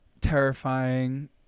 terrifying